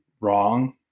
wrong